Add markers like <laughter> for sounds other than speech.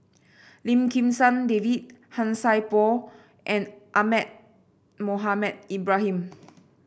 Lim Kim San David Han Sai Por and Ahmad Mohamed Ibrahim <noise>